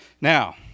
Now